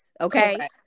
okay